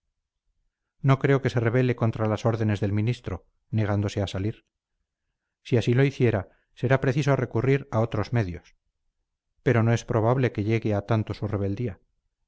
no creo que se rebele contra las órdenes del ministro negándose a salir si así lo hiciera será preciso recurrir a otros medios pero no es probable que llegue a tanto su rebeldía